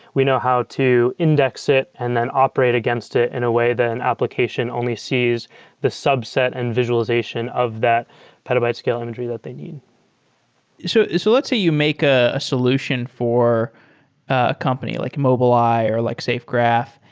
we know how to index it and then operate against it in a way that an application only sees the subset and visualization of that petabyte scale imagery that they need so so let's say you make ah a solution for a company, like mobileye or like safegraph.